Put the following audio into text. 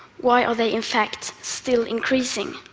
why are they in fact still increasing?